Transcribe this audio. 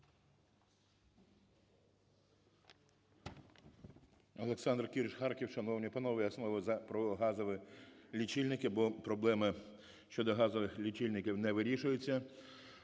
ОлександрКірш, Харків. Шановні панове, я знову про газові лічильники, бо проблеми щодо газових лічильників не вирішуються.